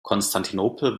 konstantinopel